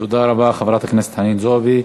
תודה רבה, חברת הכנסת חנין זועבי.